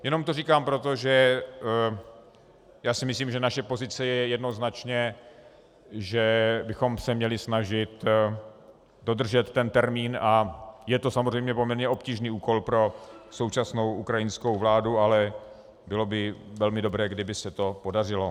Jenom to říkám proto, že si myslím, že naše pozice je jednoznačně, že bychom se měli snažit dodržet ten termín, a je to samozřejmě poměrně obtížný úkol pro současnou ukrajinskou vládu, ale bylo by velmi dobré, kdyby se to podařilo.